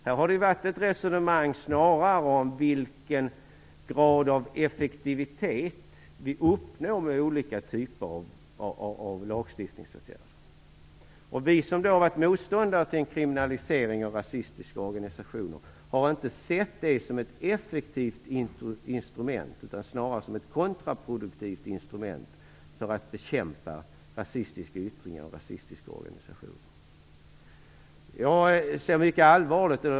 Det har snarare förts ett resonemang om vilken grad av effektivitet vi uppnår med olika typer av lagstiftningsåtgärder. Vi som har varit motståndare till en kriminalisering av rasistiska organisationer har inte sett det som ett effektivt instrument utan snarare som ett kontraproduktivt instrument för att bekämpa rasistiska yttringar och organisationer.